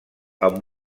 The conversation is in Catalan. amb